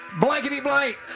blankety-blank